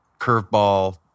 curveball